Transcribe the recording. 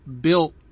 built